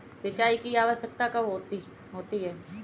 सिंचाई की आवश्यकता कब होती है?